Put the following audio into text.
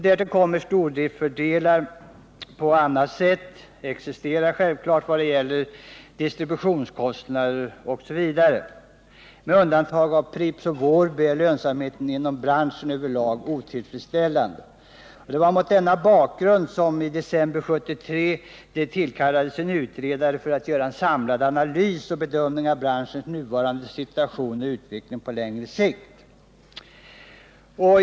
Därtill kommer stordriftsfördelar på annat sätt — sådana existerar självfallet vad gäller distributionskostnader etc. Med undantag av Pripps och Wårby är lönsamheten inom branschen över lag otillfredsställande. Det var mot denna bakgrund som det i december 1973 tillkallades en utredning för att göra en samlande analys och bedömning av branschens nuvarande situation och utveckling på längre sikt.